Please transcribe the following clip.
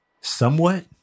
somewhat